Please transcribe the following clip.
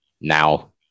now